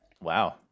Wow